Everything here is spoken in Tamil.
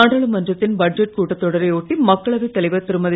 நாடாளுமன்றத்தின் பட்ஜெட் கூட்டத்தொடரை ஒட்டி மக்களவைத் தலைவர் திருமதி